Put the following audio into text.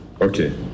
Okay